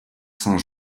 saint